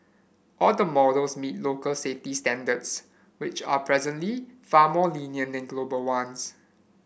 all the models meet local safety standards which are presently far more lenient than global ones